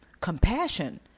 compassion